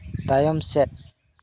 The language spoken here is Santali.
ᱛᱟᱭᱚᱢ ᱥᱮᱫ